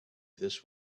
this